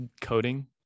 Coding